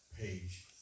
page